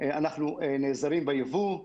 אנחנו נעזרים בייבוא,